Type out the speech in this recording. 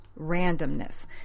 randomness